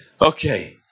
okay